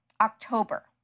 October